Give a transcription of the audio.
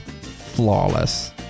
flawless